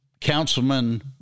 Councilman